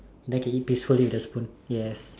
then I can eat peacefully with the spoon yes